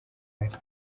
ari